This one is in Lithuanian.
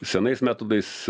senais metodais